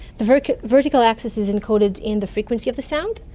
the vertical vertical axis is encoded in the frequency of the sound,